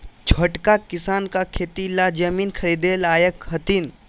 छोटका किसान का खेती ला जमीन ख़रीदे लायक हथीन?